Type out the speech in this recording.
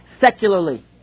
secularly